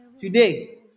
Today